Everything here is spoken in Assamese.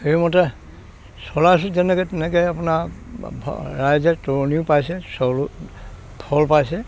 সেইমতে চলাই আছোঁ যেনেকৈ তেনেকৈ আপোনাৰ ৰাইজে তৰণীও পাইছে চলো ফল পাইছে